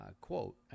quote